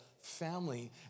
family